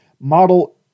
model